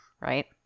right